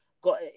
got